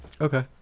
Okay